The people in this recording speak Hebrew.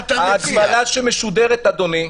ההזמנה שמשודרת, אדוני,